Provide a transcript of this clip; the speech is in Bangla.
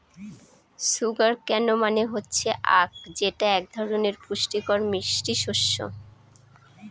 সুগার কেন মানে হচ্ছে আঁখ যেটা এক ধরনের পুষ্টিকর মিষ্টি শস্য